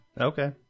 Okay